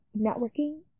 networking